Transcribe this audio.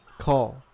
call